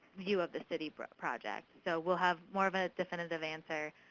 view of the city project. so we'll have more of a definitive answer,